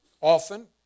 Often